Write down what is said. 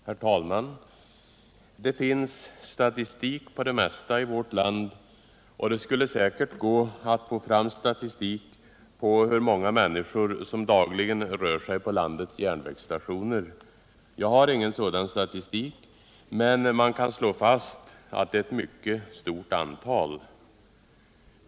Herr talman! Det finns statistik på det mesta i vårt land, och det skulle säkert gå att få fram statistik på hur många människor som dagligen rör sig på landets järnvägsstationer. Jag har ingen sådan statistik, men man kan slå fast att det är ett mycket stort antal.